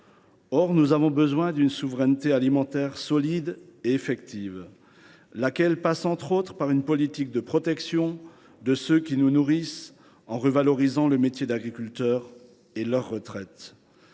Or nous avons besoin d’une souveraineté alimentaire solide et effective, laquelle passe notamment par une politique de protection de ceux qui nous nourrissent, par la revalorisation de leur métier et de leur retraite.